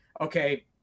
okay